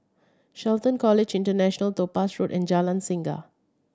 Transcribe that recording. Shelton College International Topaz Road and Jalan Singa